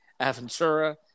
Aventura